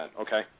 Okay